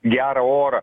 gerą orą